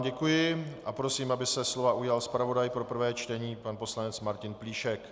Děkuji vám a prosím, aby se slova ujal zpravodaj pro prvé čtení pan poslanec Martin Plíšek.